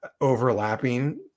overlapping